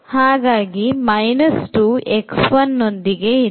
ಹಾಗಾಗಿ 2 x1 ನೊಂದಿಗೆ ಇದೆ